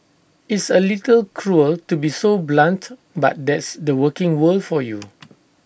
it's A little cruel to be so blunt but that's the working world for you